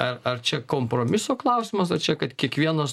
ar ar čia kompromiso klausimas ar čia kad kiekvienas